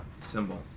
symbol